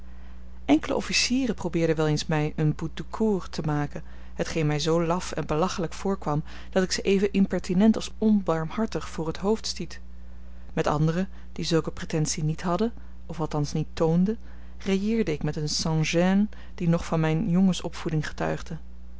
enkele officieren probeerden wel eens mij un bout de cour te maken hetgeen mij zoo laf en belachelijk voorkwam dat ik ze even impertinent als onbarmhartig voor het hoofd stiet met anderen die zulke pretentie niet hadden of althans niet toonden railleerde ik met een sans gêne die nog van mijne jongensopvoeding getuigde